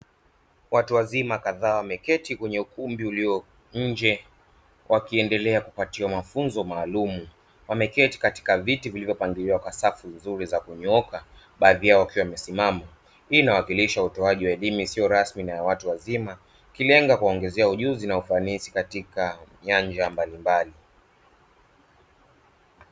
Watu wazima kadhaa wameketi kwenye ukumbi ulio nje wakiendelea kupatiwa mafunzo maalumu wameketi katika viti vilivyo pangiliwa kwa safu nzuli za nyooka baadhi yao wakiwa wamessimama, Hii inawakilisha utowaji wa elimu isiyo rasmi na yawatu wazima ikilenga kuongezea ujuzi na ufanisi katika nyanja mbalimbali.